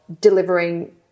delivering